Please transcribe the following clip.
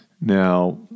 Now